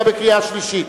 להצביע בקריאה שלישית?